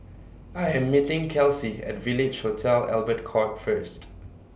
I Am meeting Kelcie At Village Hotel Albert Court First